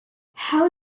how